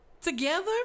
together